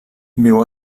viu